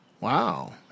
Wow